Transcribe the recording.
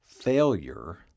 Failure